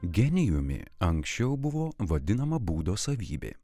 genijumi anksčiau buvo vadinama būdo savybė